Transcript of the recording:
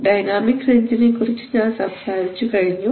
dynamic റേഞ്ച്നെക്കുറിച്ച് ഞാൻ സംസാരിച്ചു കഴിഞ്ഞു